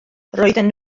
roedden